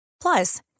Plus